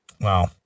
Wow